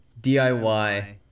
DIY